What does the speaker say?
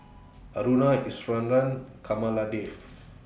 Aruna Iswaran Kamaladevi